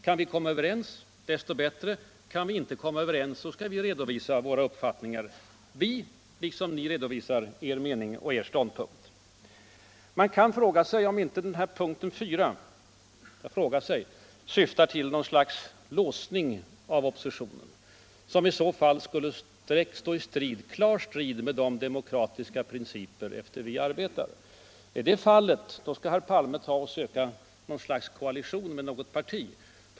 Kan vi komma överens, desto bättre, kan vi inte komma överens skall vi redovisa våra uppfattningar, liksom ni redovisar er mening och er ståndpunkt. Man kan fråga sig om inte punkten 4 syftar till något slags låsning av oppositionen, vilket i så fall skulle stå i klar strid med de demokratiska principer efter vilka vi arbetar. Är det fallet, skall herr Palme söka koalition med något parti.